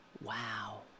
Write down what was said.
Wow